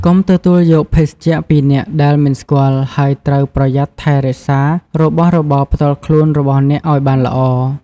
កុំទទួលយកភេសជ្ជៈពីអ្នកដែលមិនស្គាល់ ហើយត្រូវ ប្រយ័ត្នថែរក្សារបស់របរផ្ទាល់ខ្លួន របស់អ្នកឲ្យបានល្អ។